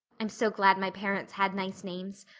i'm so glad my parents had nice names.